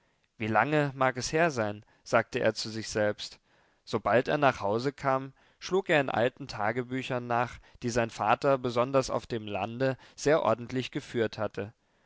wie lange mag es her sein sagte er zu sich selbst sobald er nach hause kam schlug er in alten tagebüchern nach die sein vater besonders auf dem lande sehr ordentlich geführt hatte